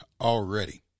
already